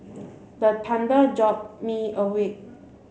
the jolt me awake